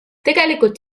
tegelikult